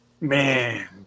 Man